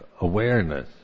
awareness